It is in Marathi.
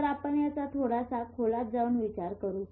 तर आपण याचा थोडासा खोलात जाऊन विचार करू